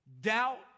Doubt